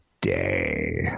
day